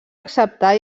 acceptar